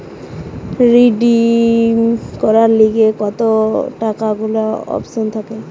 redeem করার লিগে টাকা গুলার অপশন থাকে